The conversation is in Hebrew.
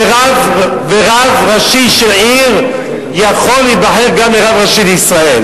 ורב ראשי של עיר יכול להיבחר גם לרב ראשי לישראל.